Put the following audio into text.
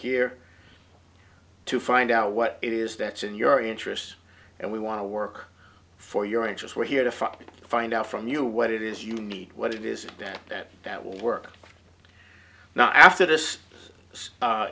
here to find out what it is that's in your interest and we want to work for your interest we're here to find out from you what it is you need what it is that that will work not after this